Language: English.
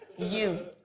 you,